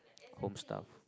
home stuff